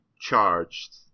charged